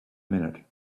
minute